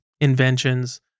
Inventions